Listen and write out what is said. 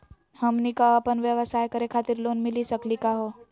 हमनी क अपन व्यवसाय करै खातिर लोन मिली सकली का हो?